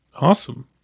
Awesome